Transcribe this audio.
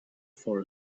for